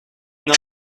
not